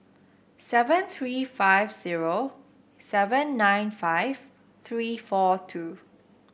seven three five zero seven nine five three four two